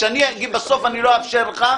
אם בסוף אני לא אאפשר לך,